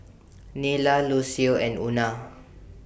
Nila Lucio and Una